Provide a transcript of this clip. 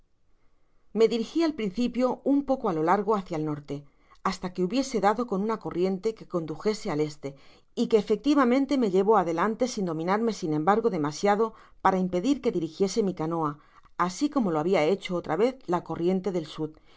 me dirigi al principio un poco á lo largo hácia el norte hasta que hubiese dado con una corriente que condujese al este y que efectivamente me llevó adelante sin dominarme sin embargo demasiado para impedir que dirigiese mi canoa asi como lo habia hecho otra vez la corriente del sud